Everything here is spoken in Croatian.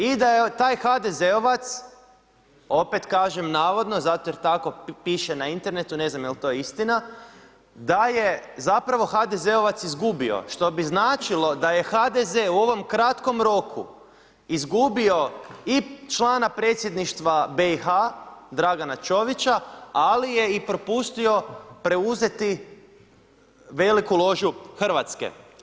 I da je taj HDZ-ovac opet kažem navodno zato jer tako piše na internetu, ne znam jel to istina, da je zapravo HDZ-ovac izgubio, što bi značilo da je HDZ u ovom kratkom roku izgubio i člana Predsjedništva BiH-a Dragana Čovića ali je i propustio preuzeti veliku ložu Hrvatske.